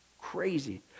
Crazy